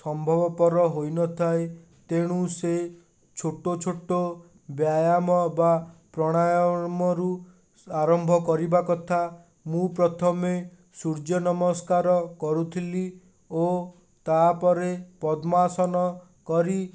ସମ୍ଭବପର ହୋଇ ନଥାଏ ତେଣୁ ସେ ଛୋଟ ଛୋଟ ବାୟାମ ବା ପ୍ରାଣାୟମରୁ ଆରମ୍ଭ କରିବା କଥା ମୁଁ ପ୍ରଥମେ ସୂର୍ଯ୍ୟ ନମସ୍କାର କରୁଥିଲି ଓ ତା'ପରେ ପଦ୍ମାସନ କରି